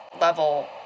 level